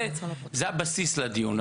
זה הבסיס לדיון,